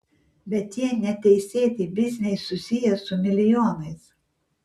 bet tie neteisėti bizniai susiję su milijonais